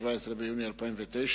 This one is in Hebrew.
17 ביוני 2009,